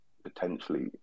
potentially